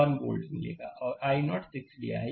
1 volt और i0 6 लिया है